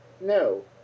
no